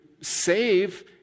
save